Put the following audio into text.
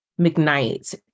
McKnight